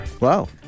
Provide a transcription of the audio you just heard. Wow